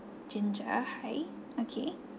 okay